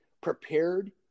prepared